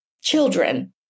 children